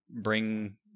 bring